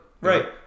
Right